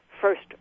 first